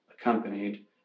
accompanied